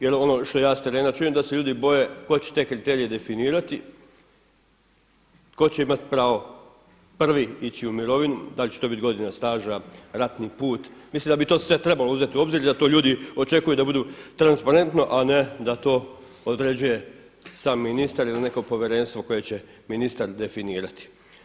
Jer ja ono što s terena čujem da se ljudi boje tko će te kriterije definirati, tko će imati pravo prvi ići u mirovinu, da li će to biti godina staža, ratni put, mislim da bi to sve trebalo uzeti u obziri i da to ljudi očekuju da budu transparentno a ne da to određuje sam ministara ili neko povjerenstvo koje će ministar definirati.